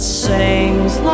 sings